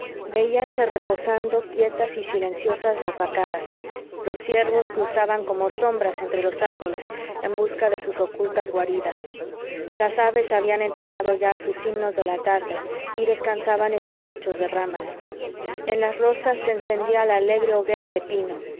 arroyos veíanse reposando quietas y silenciosas las vacadas los ciervos cruzaban como sombras entre los árboles en busca de sus ocultas guaridas las aves habían entonado ya sus himnos de la tarde y